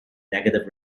negative